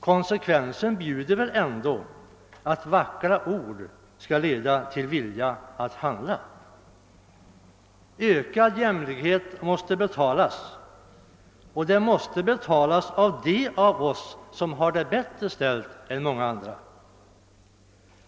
Konsekvensen bjuder väl ändå att vackra ord leder till viljan att även handla. Ökad jämlikhet måste betalas och den måste betalas av dem av oss som har det bättre ställt än många andra.